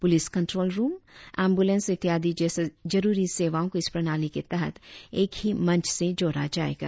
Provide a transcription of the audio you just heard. police control room ambulance इत्यादी जैसे जरुरी सेवाओं को इस प्रणाली के तहत एक ही मंच से जोड़ा जायेगा